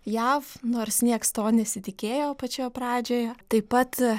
jav nors nieks to nesitikėjo pačioje pradžioje taip pat